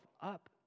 up